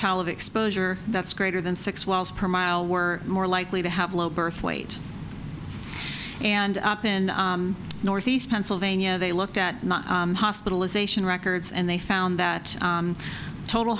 of exposure that's greater than six wells per mile were more likely to have low birth weight and up in northeast pennsylvania they looked at hospitalization records and they found that total